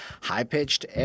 high-pitched